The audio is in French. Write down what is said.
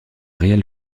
réel